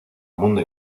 mundo